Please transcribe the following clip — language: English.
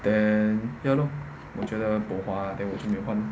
then ya lor 我觉得 bo hua then 我就没有还